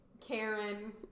Karen